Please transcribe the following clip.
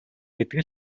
гэдэг